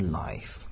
life